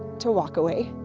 to walk away.